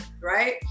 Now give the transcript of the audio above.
right